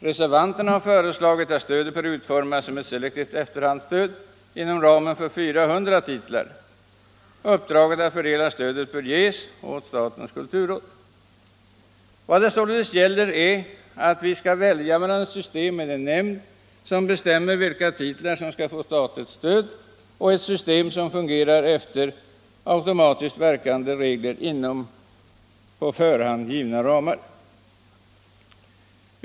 Reservanterna har föreslagit att stödet bör utformas såsom ett selektivt efterhandsstöd inom ramen för 400 titlar. Uppdraget att fördela stödet föreslås att ges åt statens kulturråd. Vi skall således välja mellan ett system med en nämnd, som bestämmer vilka titlar som skall få statligt stöd, och ett system, som fungerar efter automatiskt verkande regler inom på förhand givna ramar.